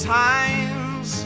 times